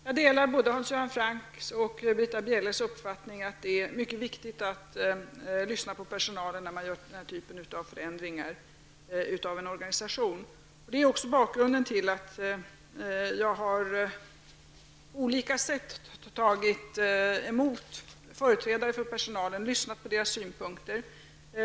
Herr talman! Jag delar Hans Göran Francks och Britta Bjelles uppfattning att det är mycket viktigt att lyssna på personalen när man gör den här typen av förändringar av en organisation. Det är också bakgrunden till att jag har tagit emot företrädare för personalen och lyssnat på deras synpunkter.